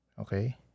Okay